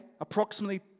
approximately